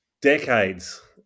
decades